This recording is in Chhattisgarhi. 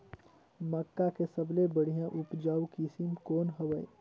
मक्का के सबले बढ़िया उपजाऊ किसम कौन हवय?